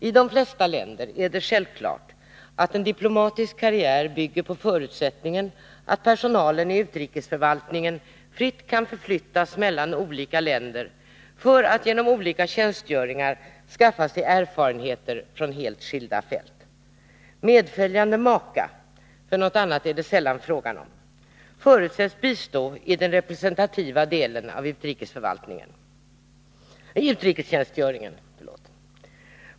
I de flesta länder är det självklart att en diplomatisk karriär bygger på förutsättningen att personalen i utrikesförvaltningen fritt kan förflyttas mellan olika länder för att genom olika tjänstgöringar skaffa sig erfarenheter från helt skilda fält. Medföljande maka — för något annat är det sällan fråga om -— förutsätts bistå i den representativa delen av utrikestjänstgöringen.